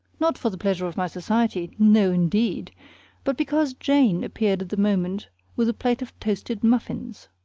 not for the pleasure of my society no, indeed but because jane appeared at the moment with a plate of toasted muffins.